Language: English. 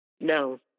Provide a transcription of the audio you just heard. No